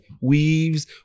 weaves